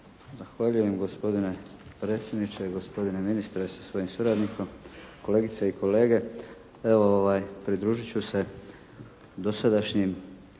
Zahvaljujem gospodine predsjedniče, gospodine ministre sa svojim suradnikom, kolegice i kolege. Evo pridružit ću se dosadašnjim